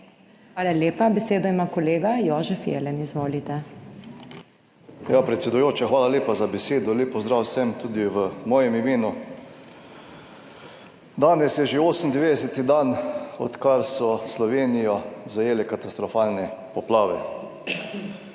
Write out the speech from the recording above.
Hvala lepa. Besedo ima kolega Jožef Jelen. Izvolite. JOŽEF JELEN (PS SDS): Predsedujoča, hvala lepa za besedo. Lep pozdrav vsem tudi v mojem imenu! Danes je že 98. dan, odkar so Slovenijo zajele katastrofalne poplave.